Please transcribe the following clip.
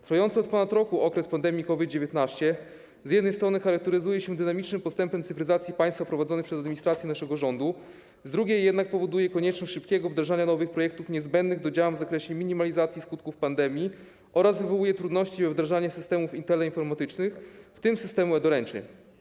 Trwający od ponad roku okres pandemii COVID-19 z jednej strony charakteryzuje się dynamicznym postępem cyfryzacji państwa prowadzonej przez administrację naszego rządu, z drugiej jednak powoduje konieczność szybkiego wdrażania nowych projektów niezbędnych do działań w zakresie minimalizacji skutków pandemii oraz wywołuje trudności z wdrażaniem systemów teleinformatycznych, w tym systemu e-doręczeń.